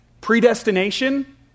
Predestination